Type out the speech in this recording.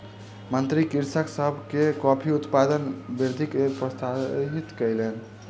मंत्री कृषक सभ के कॉफ़ी उत्पादन मे वृद्धिक लेल प्रोत्साहित कयलैन